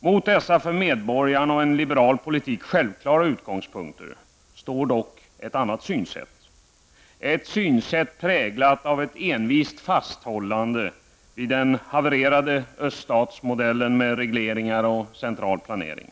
Mot dessa för medborgarna och en liberal politik så självklara utgångspunkter står dock ett annat synsätt, ett synsätt präglat av ett envist fasthållande vid den havererade öststatsmodellen med regleringar och central planering.